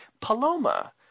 paloma